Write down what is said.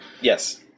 Yes